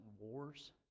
wars